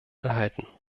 enthalten